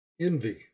envy